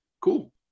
cool